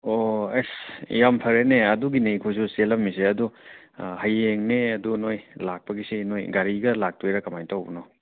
ꯑꯣ ꯑꯦꯁ ꯌꯥꯝ ꯐꯔꯦꯅꯦ ꯑꯗꯨꯒꯤꯅꯦ ꯑꯩꯈꯣꯏꯁꯨ ꯆꯦꯜꯂꯝꯃꯤꯁꯦ ꯑꯥ ꯍꯌꯦꯡꯅꯦ ꯑꯗꯨ ꯅꯣꯏ ꯂꯥꯛꯄꯒꯤꯁꯦ ꯅꯣꯏ ꯒꯥꯔꯤꯒ ꯂꯥꯛꯇꯣꯏꯔꯥ ꯀꯃꯥꯏꯅ ꯇꯧꯕꯅꯣ